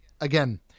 again